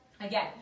Again